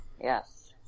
Yes